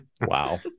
Wow